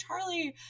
Charlie